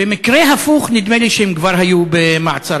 במקרה הפוך נדמה לי שהם כבר היו במעצר.